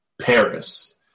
Paris